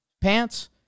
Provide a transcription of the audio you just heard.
Pants